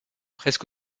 presque